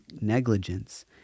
negligence